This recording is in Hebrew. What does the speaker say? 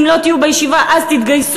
אם לא תהיו בישיבה אז תתגייסו.